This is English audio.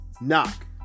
Knock